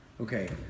Okay